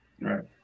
right